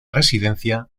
residencia